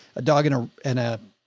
a dog, and ah an a,